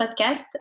podcast